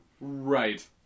Right